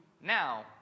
now